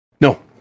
No